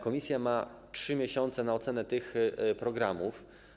Komisja ma 3 miesiące na ocenę tych programów.